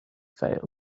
failed